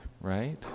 Right